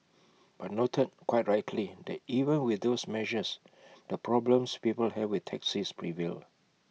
but noted quite that even with those measures the problems people have with taxis prevailed